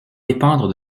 dépendre